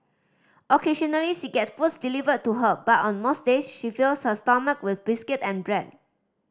occasionally she gets food delivered to her but on most days she fills her stomach with biscuit and bread